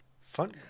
Fun